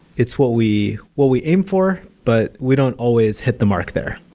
it's what we what we aimed for, but we don't always hit the mark there.